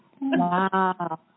Wow